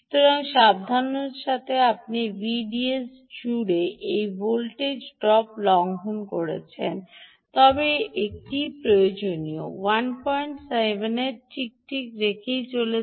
সুতরাং সাবধানতার সাথে দেখুন আপনি ভিডিএস জুড়ে এই ভোল্টেজ ড্রপ লঙ্ঘন করেছেন তবে আপনি এটি প্রয়োজনীয় 17 এর ঠিক ঠিক রেখেই চলেছেন